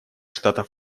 штатов